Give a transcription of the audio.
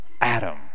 Adam